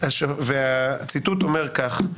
הציטוט אומר כך: